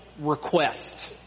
request